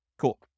Cool